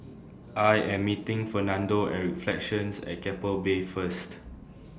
I Am meeting Fernando At flections At Keppel Bay First